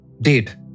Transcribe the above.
date